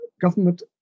government